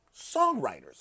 songwriters